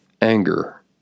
anger